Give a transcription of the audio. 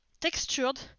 textured